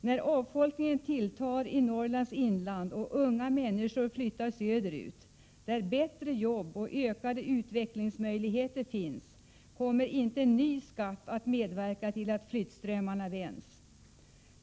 När avfolkningen tilltar i Norrlands inland och unga människor flyttar söderut — där bättre jobb och ökade utvecklingsmöjligheter finns — kommer inte en ny skatt att medverka till att flyttströmmen vänds.